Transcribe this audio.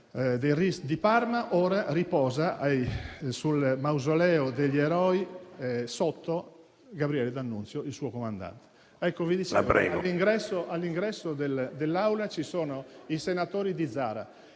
DNA del RIS di Parma. Ora riposa nel mausoleo degli eroi del Vittoriale sotto Gabriele D'Annunzio, il suo comandante. All'ingresso dell'Aula ci sono i senatori di Zara.